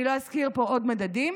אני לא אזכיר פה עוד מדדים.